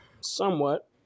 somewhat